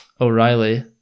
O'Reilly